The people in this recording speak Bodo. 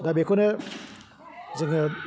दा बेखौनो जोङो